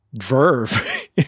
verve